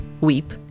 weep